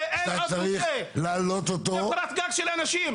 שאתה צריך לעלות אותו --- זו קורת גג של אנשים.